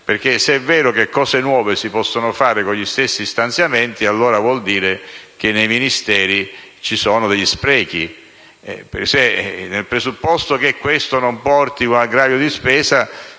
perché, se è vero che cose nuove si possono fare con gli stessi stanziamenti, questo allora significa che nei Ministeri ci sono degli sprechi. Il presupposto che questo non comporti un aggravio di spesa